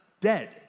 dead